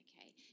okay